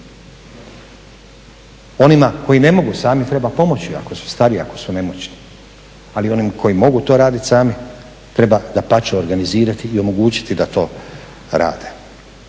Onima koji ne mogu sami treba pomoći ako su stari i ako su nemoćni, ali onima koji mogu to raditi sami treba dapače organizirati i omogućiti da to rade.